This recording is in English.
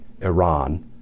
Iran